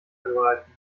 verbreiten